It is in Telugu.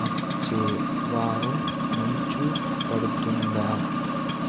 వచ్చే వారం మంచు పడుతుందా